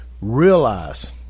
realize